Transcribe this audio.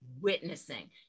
witnessing